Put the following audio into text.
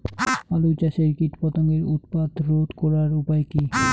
আলু চাষের কীটপতঙ্গের উৎপাত রোধ করার উপায় কী?